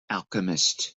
alchemist